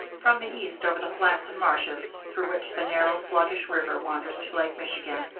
from the east, over the flats and marshes through which the narrow, sluggish river wanders to lake michigan,